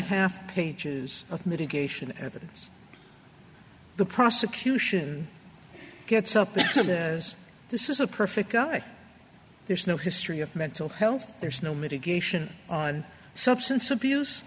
half pages of mitigation evidence the prosecution get something as this is a perfect guy there's no history of mental health there's no mitigation on substance abuse